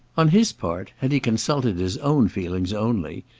on his part, had he consulted his own feelings only,